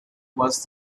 was